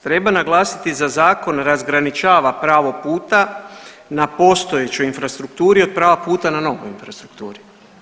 Treba naglasiti za zakon razgraničava pravo puta na postojećoj infrastrukturi od prava puta na novoj infrastrukturi.